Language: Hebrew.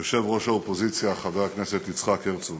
יושב-ראש האופוזיציה חבר הכנסת יצחק הרצוג,